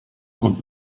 und